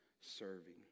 serving